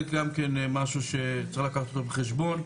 זה גם משהו שצריך לקחת אותו בחשבון.